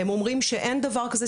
הם אומרים שאין דבר כזה,